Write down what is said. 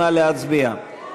נא להצביע.